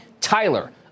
Tyler